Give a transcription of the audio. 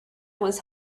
was